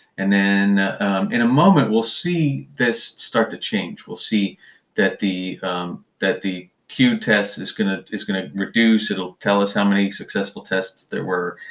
and in in a moment we'll see this start to change. we'll see that the that the queued test is going ah is going to refuse. it will tell us how many successful tests there were,